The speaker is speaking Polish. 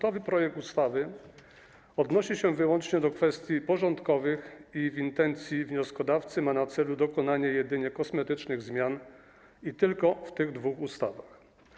Przedmiotowy projekt ustawy odnosi się wyłącznie do kwestii porządkowych i w intencji wnioskodawcy ma na celu dokonanie jedynie kosmetycznych zmian, i to tylko w tych dwóch ustawach.